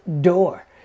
door